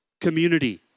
Community